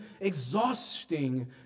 exhausting